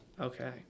Okay